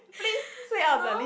please say out the list